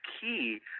key